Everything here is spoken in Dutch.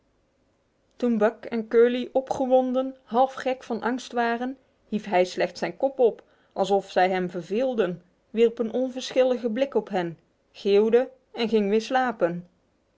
toen buck en curly opgewonden halfgek van angst waren hief hij slechts zijn kop op alsof zij hem verveelden wierp een onverschillige blik op hen geeuwde en ging weer slapen